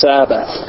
Sabbath